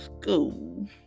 school